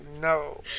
no